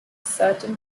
certain